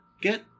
get